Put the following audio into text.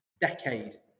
decade